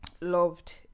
loved